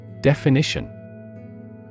Definition